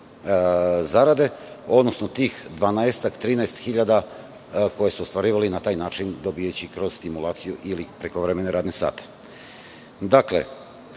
zarade, odnosno tih 12-ak, 13 hiljada, koje su ostvarivali na taj način dobijajući kroz stimulaciju, ili prekovremene radne